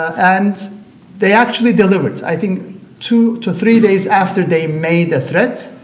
and they actually delivered. i think two to three days after they made the threat,